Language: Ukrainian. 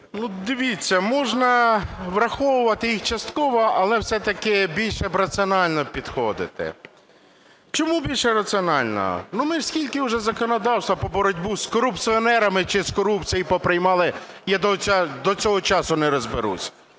Дивіться, можна враховувати і частково, але все-таки більше би раціонально підходити. Чому більше раціонально? Ми скільки вже законодавства про боротьбу з корупціонерами чи з корупцією поприймали, я до цього часу не розберусь.